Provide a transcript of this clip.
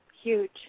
Huge